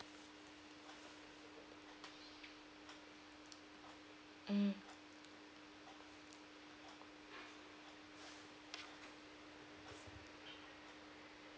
mm